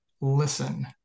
listen